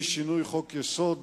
משינוי חוק-יסוד